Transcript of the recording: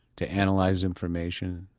to analyze information,